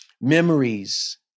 memories